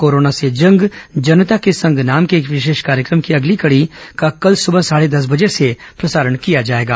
corona से जंग जनता के संग नाम के इस विशेष कार्यक्रम की अगली कड़ी का कल सुबह साढ़े दस बजे से प्रसारण किया जाएगा